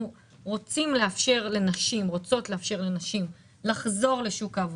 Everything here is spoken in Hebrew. רוצות לאפשר לנשים לחזור לשוק העבודה,